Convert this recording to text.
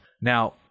Now